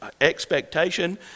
expectation